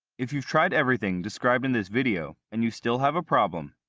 if you've tried everything described in this video and you still have a problem,